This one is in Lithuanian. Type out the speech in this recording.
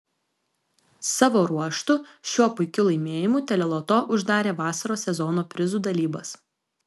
savo ruožtu šiuo puikiu laimėjimu teleloto uždarė vasaros sezono prizų dalybas